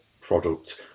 product